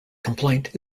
complaint